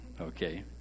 Okay